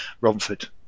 Romford